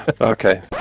Okay